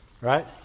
Right